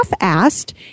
asked